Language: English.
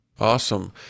awesome